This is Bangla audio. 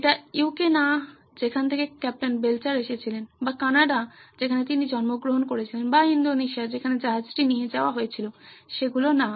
এটা ইউ কে না যেখান থেকে কাপ্তান বেলচার এসেছিলেন বা কানাডা যেখানে তিনি জন্মগ্রহণ করেছিলেন বা ইন্দোনেশিয়া যেখানে জাহাজটি নিয়ে যাওয়া হয়েছিল সেটা না